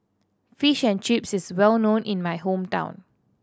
Fish and Chips is well known in my hometown